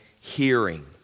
hearing